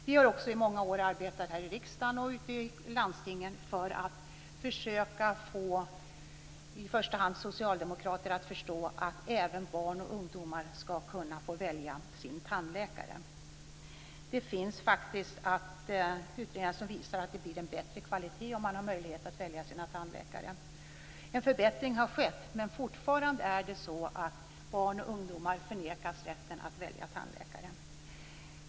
Vi har i många år arbetat här i riksdagen och ute i landstingen för att försöka få i första hand socialdemokraterna att förstå att även barn och ungdomar ska kunna välja sin tandläkare. Utredningar visar att det blir en bättre kvalitet om man har möjlighet att välja sin tandläkare. En förbättring har skett, men fortfarande förnekas barn och ungdomar rätten att välja tandläkare.